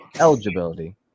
Eligibility